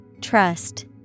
Trust